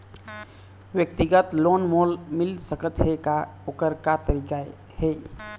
व्यक्तिगत लोन मोल मिल सकत हे का, ओकर का तरीका हे?